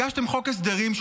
הגשתם חוק הסדרים,